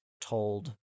told